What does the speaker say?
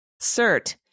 cert